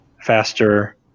faster